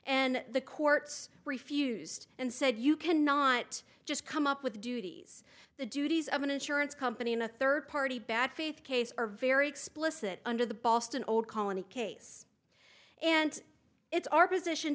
and the courts refused and said you cannot just come up with duties the duties of an insurance company in a third party bad faith case are very explicit under the boston old colony case and it's our position